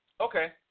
Okay